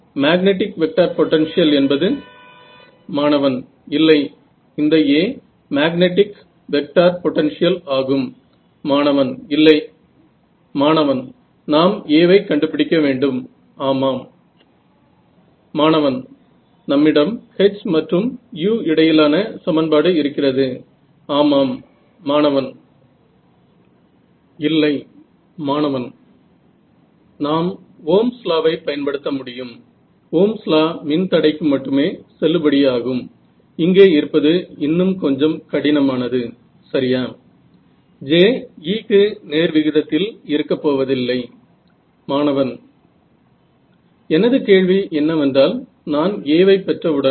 तर मला असं म्हणायचं आहे की दुसऱ्या बऱ्याच साधनांप्रमाणे CEM सीएम हे असे एक साधन आहे जे मिळून या सत्य जगातल्या अभियांत्रिकी समस्या सोडवण्यासाठी गरजेचे असेल बरोबर आहे